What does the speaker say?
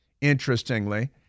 interestingly